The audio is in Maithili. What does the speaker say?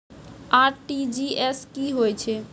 आर.टी.जी.एस की होय छै?